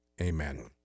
Amen